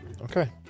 Okay